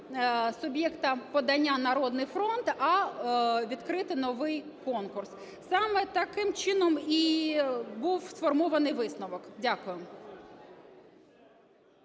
суб'єкта подання "Народний фронт", а відкрити новий конкурс. Саме таким чином і був сформований висновок. Дякую.